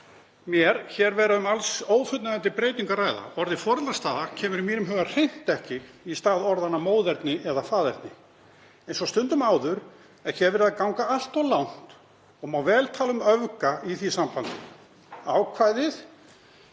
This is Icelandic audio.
mér hér vera um alls ófullnægjandi breytingu að ræða. Orðið foreldrastaða kemur í mínum huga hreint ekki í stað orðanna móðerni eða faðerni. Eins og stundum áður er hér er verið að ganga allt of langt og má vel tala um öfgar í því sambandi. Ákvæðið